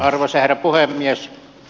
arvoisa herra puhemies